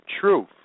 truth